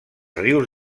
rius